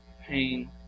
pain